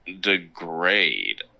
degrade